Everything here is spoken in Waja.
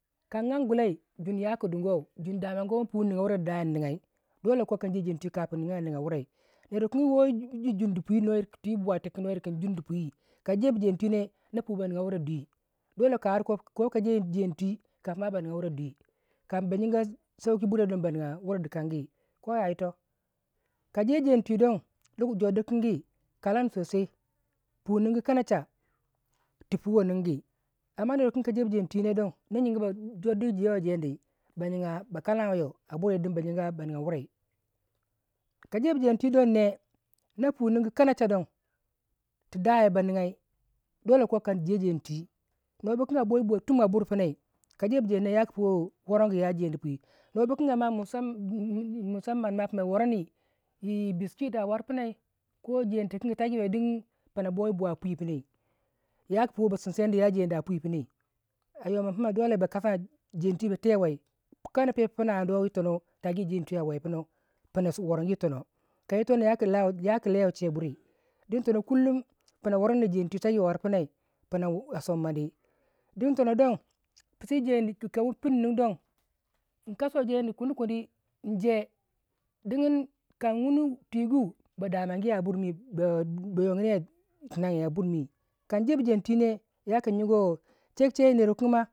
kan an gulai jeni yaku duguwai jun damaguwai ipui nnigya wurai du daya inigyai